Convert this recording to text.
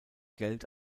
geld